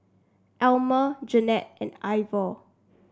Elmer Jeanette and Ivor